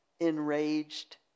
enraged